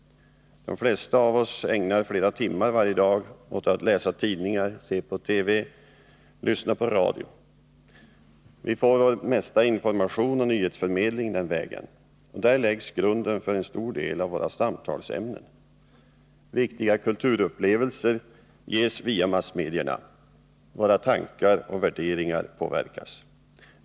De flesta av oss ägnar flera timmar varje dag åt att läsa tidningar, se på TV, lyssna till radio. Vi får vår mesta information och nyhetsförmedling den vägen. Där läggs grunden för en stor del av våra samtalsämnen. Viktiga kulturupplevelser ges via massmedierna. Våra tankar och värderingar påverkas.